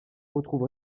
retrouve